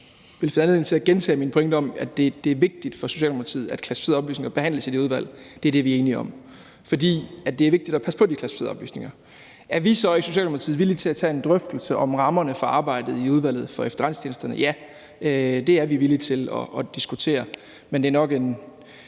jeg vil finde anledning til at gentage min pointe om, at det er vigtigt for Socialdemokratiet, at klassificerede oplysninger behandles i det udvalg. Det er det, vi er enige om. For det er vigtigt at passe på de klassificerede oplysninger. Er vi så i Socialdemokratiet villige til at tage en drøftelse om rammerne for arbejdet i Udvalget vedrørende Efterretningstjenesterne? Ja, det er vi villige til at diskutere, men det er nok en